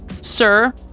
sir